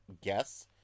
guess